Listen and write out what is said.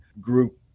group